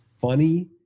funny